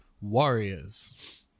Warriors